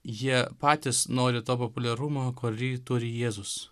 jie patys nori to populiarumo kurį turi jėzus